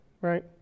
right